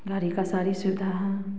गाड़ी का सारी सुविधा हैं